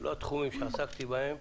לא התחומים שעסקתי בהם.